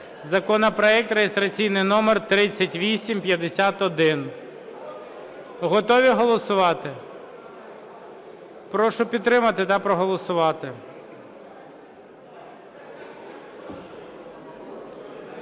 законопроект реєстраційний номер 3851. Готові голосувати? Прошу підтримати та проголосувати.